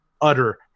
utter